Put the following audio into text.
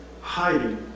hiding